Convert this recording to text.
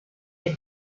had